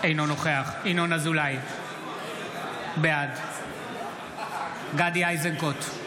אינו נוכח ינון אזולאי, בעד גדי איזנקוט,